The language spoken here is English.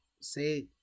say